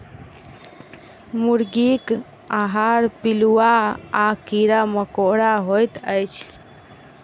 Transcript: मुर्गीक आहार पिलुआ आ कीड़ा मकोड़ा होइत अछि